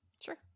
Sure